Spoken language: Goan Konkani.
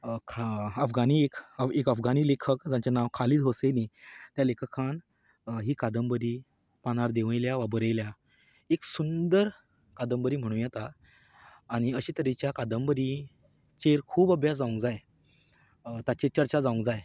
अफगानी एक एक अफगानी लेखक तांचें नांव खालीद हुसैनी त्या लेखकान ही कादंबरी पानार देंवयल्या वा बरयल्या एक सुंदर कादंबरी म्हणूं येता आनी अशे तरेच्या कादंबरीचेर खूब अभ्यास जावंक जाय ताचेर चर्चा जावंक जाय